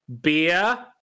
beer